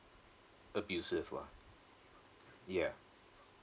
abusive lah yeah